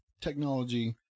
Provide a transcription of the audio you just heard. technology